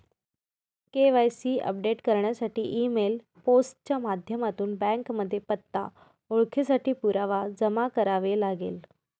KYC update करण्यासाठी email, post च्या माध्यमातून बँकेमध्ये पत्ता, ओळखेसाठी पुरावा जमा करावे लागेल